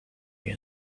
here